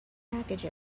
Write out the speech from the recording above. package